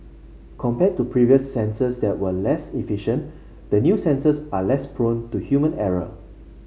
compared to previous sensors that were less efficient the new sensors are less prone to human error